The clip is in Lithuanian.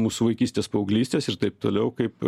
mūsų vaikystės paauglystės ir taip toliau kaip